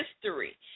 history